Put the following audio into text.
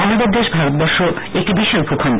আমাদের দেশ ভারতবর্ষ একটা বিশাল ভূখন্ড